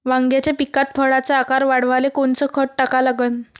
वांग्याच्या पिकात फळाचा आकार वाढवाले कोनचं खत टाका लागन?